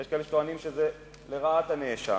ויש כאלה שטוענים שזה לרעת הנאשם.